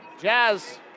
Jazz